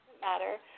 matter